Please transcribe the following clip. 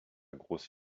grosse